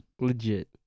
Legit